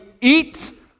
eat